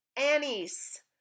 Anise